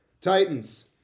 Titans